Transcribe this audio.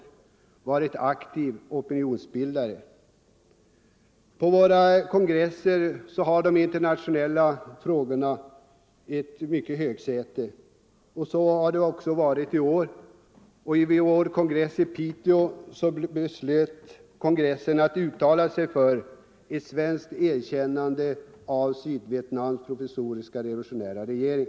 Där har vi försökt vara opinionsbildare. De internationella frågorna har också på våra kongresser haft en framträdande plats. Så var fallet även i år, då vår kongress i Piteå beslöt uttala sig för ett svenskt erkännande av Sydvietnams provisoriska revolutionära regering.